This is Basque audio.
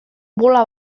bola